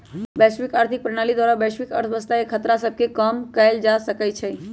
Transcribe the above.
वैश्विक आर्थिक प्रणाली द्वारा वैश्विक अर्थव्यवस्था के खतरा सभके कम कएल जा सकइ छइ